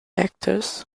actors